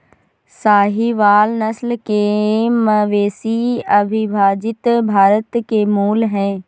साहीवाल नस्ल के मवेशी अविभजित भारत के मूल हैं